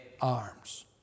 arms